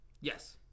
Yes